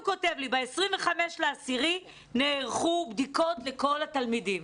הוא כותב לי: "ב-25 באוקטובר נערכו בדיקות לכל התלמידים".